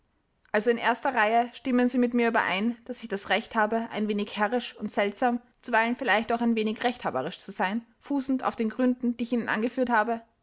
in erster reihe stimmen sie mit mir überein daß ich das recht habe ein wenig herrisch und seltsam zuweilen vielleicht auch ein wenig rechthaberisch zu sein fußend auf den gründen die ich ihnen angeführt habe